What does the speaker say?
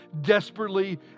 desperately